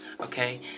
okay